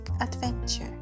Adventure